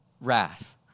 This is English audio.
wrath